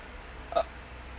uh